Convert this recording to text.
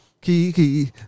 Kiki